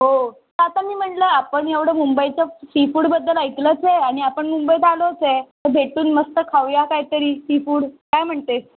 हो आता मी म्हणलं आपण एवढं मुंबईचं सीफूडबद्दल ऐकलंच आहे आणि आपण मुंबईत आलोच आहे तर भेटून मस्त खाऊया काहीतरी सीफूड काय म्हणतेस